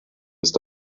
ist